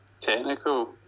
technical